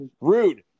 Rude